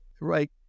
right